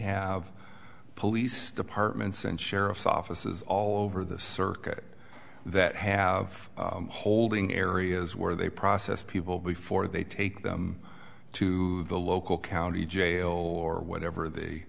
have police departments and sheriff's offices all over the circuit that have holding areas where they process people before they take them to the local county jail or whatever the